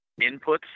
inputs